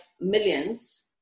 millions